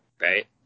right